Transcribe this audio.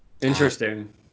Interesting